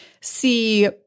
see